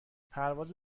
پرواز